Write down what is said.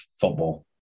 football